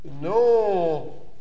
no